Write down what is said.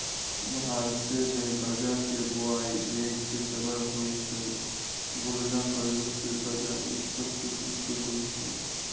भारतमे गजा के बोआइ मेघ के समय होइ छइ, मलाना कुल्लू के गजा उत्तम किसिम के होइ छइ